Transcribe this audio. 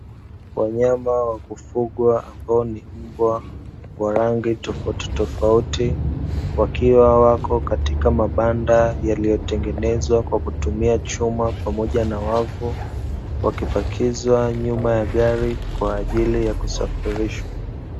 Wanyama wa kufugwa ambao ni mbwa wa rangi tofauti tofauti, wakiwa wapo katika mabanda yaliyo tengenezwa kwa kutumia chuma pamoja na wavu, wakibakizwa nyuma ya gali kwaajili ya kusafilishwa.